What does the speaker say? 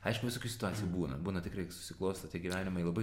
aišku visokių situacijų būna būna tikrai susiklosto tie gyvenimai labai